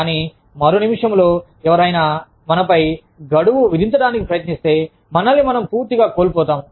కానీ మరు నిమిషంలో ఎవరైనా మనపై గడువు విధించడానికి ప్రయత్నిస్తే మనల్ని మనం పూర్తిగా కోల్పోతాము